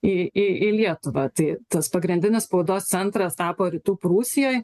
į į į lietuvą tai tas pagrindinis spaudos centras tapo rytų prūsijoj